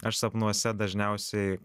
aš sapnuose dažniausiai